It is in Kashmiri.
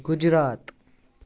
گُجرات